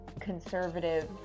conservative